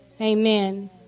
Amen